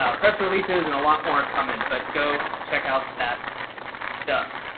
ah press releases and a lot more coming but go check out that stuff.